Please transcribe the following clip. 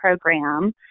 Program